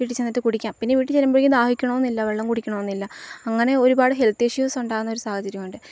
വീട്ടില്ച്ചെന്നിട്ടു കുടിക്കാം പിന്നെ വീട്ടില്ച്ചെല്ലുമ്പോഴേക്കും ദാഹിക്കണമെന്നില്ല വെള്ളം കുടിക്കണമെന്നില്ല അങ്ങനെ ഒരുപാട് ഹെൽത്ത് ഇഷ്യൂസ് ഉണ്ടാവുന്ന ഒരു സാഹചര്യമുണ്ട്